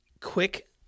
quick